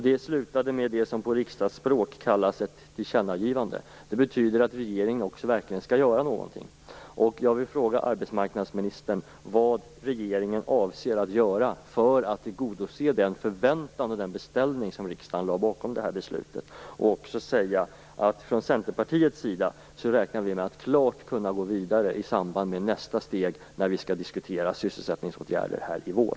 Det slutade med det som på riksdagsspråk kallas ett tillkännagivande. Det betyder att regeringen verkligen skall göra någonting. Jag vill fråga arbetsmarknadsministern vad regeringen avser att göra för att tillgodose den förväntan och den beställning som riksdagen lade bakom det här beslutet. Från Centerpartiets sida räknar vi klart med att kunna gå vidare i samband med nästa steg, när vi i vår skall diskutera sysselsättningsåtgärder.